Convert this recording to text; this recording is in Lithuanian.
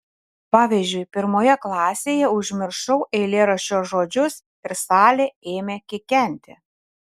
pavyzdžiui pirmoje klasėje užmiršau eilėraščio žodžius ir salė ėmė kikenti